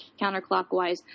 counterclockwise